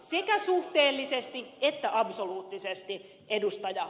sekä suhteellisesti että absoluuttisesti ed